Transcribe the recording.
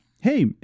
hey